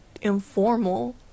informal